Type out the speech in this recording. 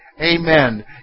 Amen